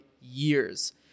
years